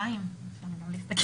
אני כאן גם ביום חמישי.